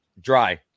Dry